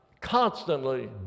constantly